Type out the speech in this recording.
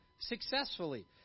successfully